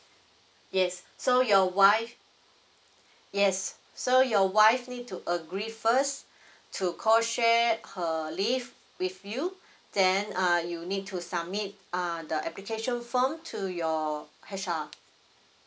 yes so your wife yes so your wife need to agree first to co share her leave with you then uh you need to submit uh the application form to your H_R